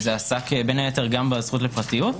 זה עסק בין היתר גם בזכות לפרטיות.